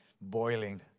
boiling